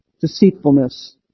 deceitfulness